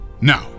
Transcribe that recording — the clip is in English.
Now